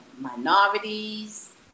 minorities